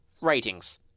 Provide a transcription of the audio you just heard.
ratings